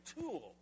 tool